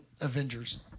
Avengers